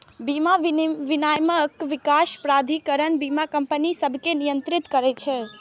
बीमा विनियामक विकास प्राधिकरण बीमा कंपनी सभकें नियंत्रित करै छै